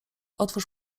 otwórz